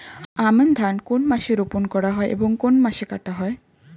আমন ধান কোন মাসে রোপণ করা হয় এবং কোন মাসে কাটা হয়?